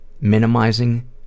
minimizing